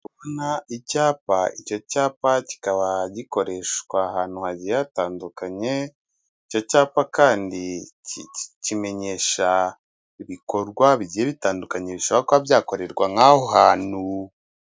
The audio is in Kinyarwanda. Ndi kubona icyapa, icyo cyapa kikaba gikoreshwa ahantu hagiye hatandukanye, icyo cyapa kandi kimenyesha ibikorwa bigiye bitandukanye bishobora kuba byakorerwa nk'aho hantu.